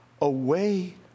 away